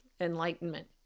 enlightenment